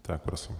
Tak prosím.